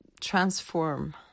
transform